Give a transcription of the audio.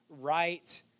right